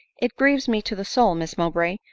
it grieves me to the soul, miss mowbray,